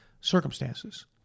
circumstances